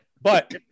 But-